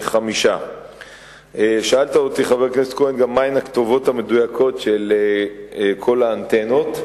2. מה הן הכתובות המדויקות של כל אותן האנטנות?